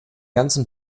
ganzen